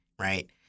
right